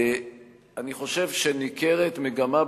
אני חושב שניכרת מגמה,